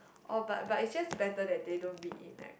oh but but it's just better that they don't be in right